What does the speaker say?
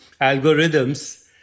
algorithms